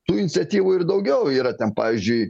tų iniciatyvų ir daugiau yra ten pavyzdžiui